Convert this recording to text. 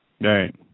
Right